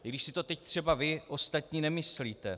I když si to teď třeba vy ostatní nemyslíte.